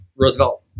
Roosevelt